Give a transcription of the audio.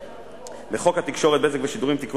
בחוק התקשורת (בזק ושידורים) (תיקון